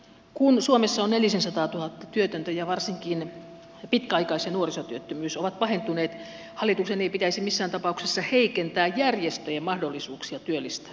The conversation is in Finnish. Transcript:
kun suomessa on nelisensataatuhatta työtöntä ja varsinkin pitkäaikais ja nuorisotyöttömyys ovat pahentuneet hallituksen ei pitäisi missään tapauksessa heikentää järjestöjen mahdollisuuksia työllistää